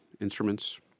instruments